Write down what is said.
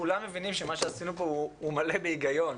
כולם מבינים שמה עשינו פה מלא בהיגיון.